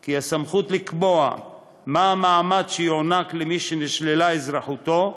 כי הסמכות לקבוע מה המעמד שיוענק למי שנשללה אזרחותו,